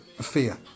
fear